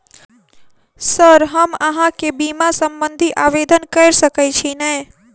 Sir हम अहाँ केँ बीमा संबधी आवेदन कैर सकै छी नै?